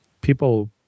People